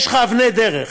יש לך אבני דרך.